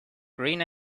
green